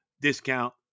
Discount